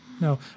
no